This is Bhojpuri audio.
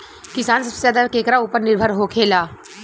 किसान सबसे ज्यादा केकरा ऊपर निर्भर होखेला?